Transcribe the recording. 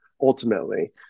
ultimately